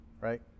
right